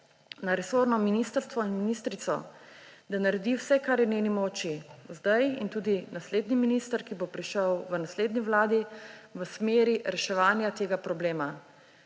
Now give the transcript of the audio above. na resorno ministrstvo in ministrico, da naredi vse, kar je v njeni moči − zdaj in tudi naslednji minister, ki bo prišel z naslednjo vlado − v smeri reševanja tega problema.